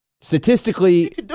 Statistically